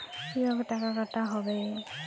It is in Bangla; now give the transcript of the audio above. কিভাবে টাকা কাটা হবে?